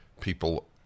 People